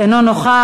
אינו נוכח.